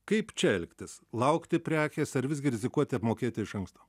kaip čia elgtis laukti prekės ar visgi rizikuoti apmokėti iš anksto